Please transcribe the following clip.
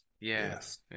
Yes